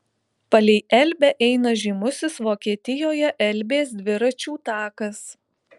palei elbę eina žymusis vokietijoje elbės dviračių takas